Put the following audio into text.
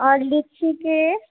आओर लीचीके